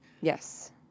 Yes